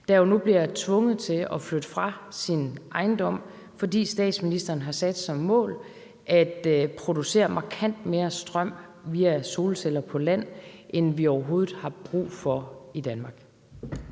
der jo nu bliver tvunget til at flytte fra sin ejendom, fordi statsministeren har sat som mål at producere markant mere strøm via solceller på land, end vi overhovedet har brug for i Danmark?